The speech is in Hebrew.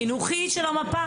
בינתיים,